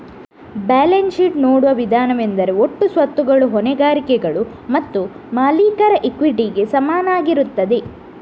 balance sheet ನೋಡುವ ವಿಧಾನವೆಂದರೆ ಒಟ್ಟು ಸ್ವತ್ತುಗಳು ಹೊಣೆಗಾರಿಕೆಗಳು ಮತ್ತು ಮಾಲೀಕರ ಇಕ್ವಿಟಿಗೆ ಸಮನಾಗಿರುತ್ತದೆ